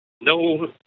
No